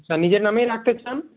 আচ্ছা নিজের নামেই রাখতেই চান